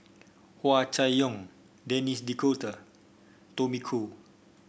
Hua Chai Yong Denis D'Cotta Tommy Koh